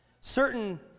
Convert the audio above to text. Certain